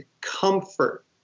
comfort